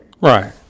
Right